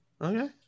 okay